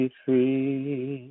free